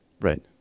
Right